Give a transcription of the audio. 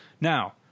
Now